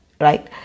Right